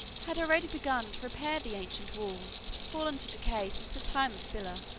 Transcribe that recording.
had already begun to repair the ancient walls, fallen to decay since the time of scylla.